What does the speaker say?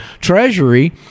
Treasury